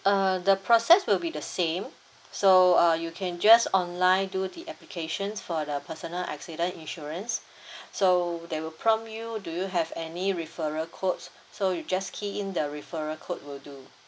err the process will be the same so uh you can just online do the applications for the personal accident insurance so they will prompt you do you have any referral code so you just key in the referral code will do